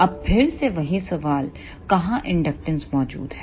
अब फिर से वही सवाल कहां इंडक्टेंस मौजूद है